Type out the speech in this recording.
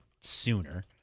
sooner